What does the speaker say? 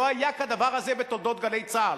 לא היה כדבר הזה בתולדות "גלי צה"ל".